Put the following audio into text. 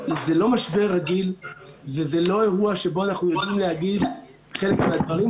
זה לא משבר רגיל וזה לא אירוע שבו אנחנו יודעים להגיד חלק מהדברים.